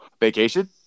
Vacation